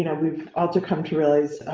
and we ought to come to realize